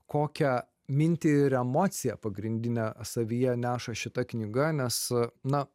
kokią mintį ir emociją pagrindinę savyje neša šita knyga nes na